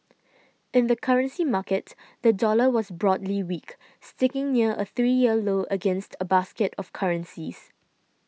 in the currency market the dollar was broadly weak sticking near a three year low against a basket of currencies